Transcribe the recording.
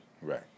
Right